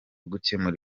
gukemura